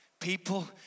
People